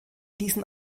diesem